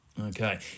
Okay